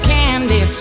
Candy